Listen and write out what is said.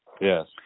Yes